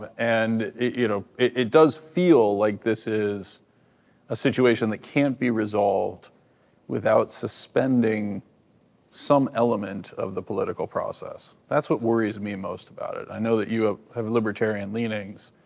and and it you know it does feel like this is a situation that can't be resolved without suspending some element of the political process. that's what worries me most about it. i know that you have libertarian leanings.